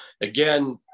again